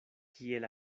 kiel